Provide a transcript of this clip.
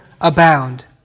abound